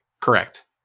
correct